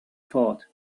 thought